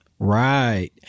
Right